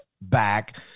back